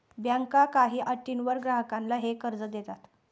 बँका काही अटींवर ग्राहकांना हे कर्ज देतात